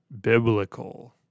biblical